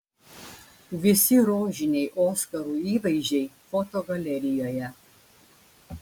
visi rožiniai oskarų įvaizdžiai fotogalerijoje